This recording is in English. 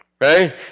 Right